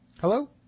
Hello